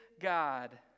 God